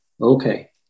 okay